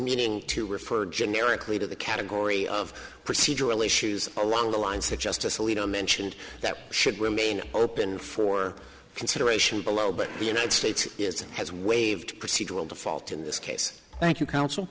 meaning to refer generically to the category of procedural issues along the lines that justice alito mentioned that should remain open for consideration below but the united states has waived procedural default in this case thank you counsel